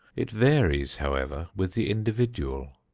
it varies, however, with the individual.